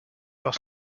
par